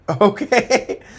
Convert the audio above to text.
Okay